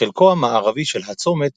בחלקו המערבי של הצומת